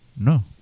No